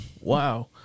Wow